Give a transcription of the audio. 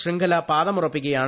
ശൃംഖല പാദമുറപ്പിക്കുകയാണ്